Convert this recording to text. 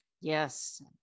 yes